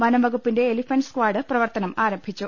വനംവകുപ്പിന്റെ elephant squad പ്രവർത്തനം ആരംഭിച്ചു